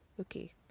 Okay